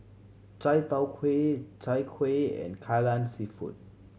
Chai Tow Kuay Chai Kuih and Kai Lan Seafood